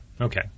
Okay